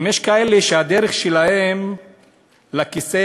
אם יש כאלה שהדרך שלהם לכיסא,